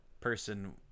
person